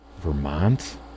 vermont